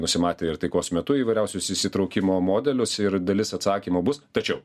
nusimatę ir taikos metu įvairiausius įsitraukimo modelius ir dalis atsakymo bus tačiau